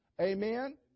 Amen